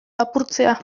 lapurtzea